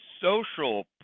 social